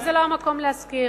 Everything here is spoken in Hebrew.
וזה לא המקום להזכיר,